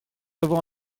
d’avoir